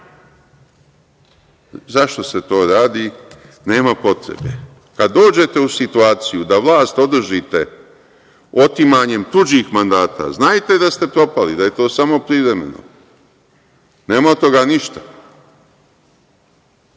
Zašto se to radi? Nema potrebe. Kad dođete u situaciju da vlast održite otimanjem tuđih mandata znajte da ste propali, da je to samo privremeno, nema od toga